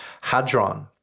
Hadron